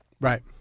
Right